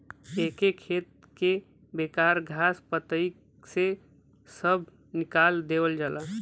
एके खेत के बेकार घास पतई से सभ निकाल देवल जाला